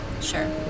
Sure